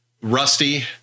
Rusty